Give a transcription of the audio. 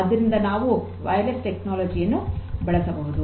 ಆದ್ದರಿಂದ ನಾವು wireless technology ಯನ್ನು ಬಳಸಬಹುದು